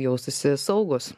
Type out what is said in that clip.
jaustųsi saugūs